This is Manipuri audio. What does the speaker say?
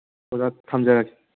ꯑꯣꯖꯥ ꯊꯝꯖꯔꯒꯦ